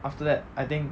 after that I think